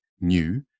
new